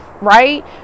right